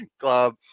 club